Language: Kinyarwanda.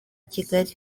kigali